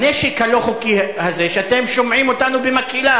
הנשק הלא-חוקי הזה, אתם שומעים אותנו במקהלה,